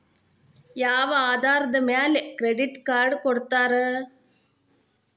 ಯಾವ ಆಧಾರದ ಮ್ಯಾಲೆ ಕ್ರೆಡಿಟ್ ಕಾರ್ಡ್ ಕೊಡ್ತಾರ?